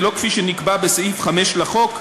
ולא כפי שנקבע בסעיף 5 לחוק,